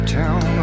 town